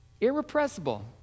Irrepressible